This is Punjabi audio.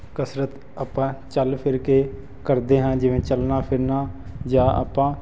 ਕਸਰਤ ਆਪਾਂ ਚੱਲ ਫਿਰ ਕੇ ਕਰਦੇ ਹਾਂ ਜਿਵੇਂ ਚੱਲਣਾ ਫਿਰਨਾ ਜਾਂ ਆਪਾਂ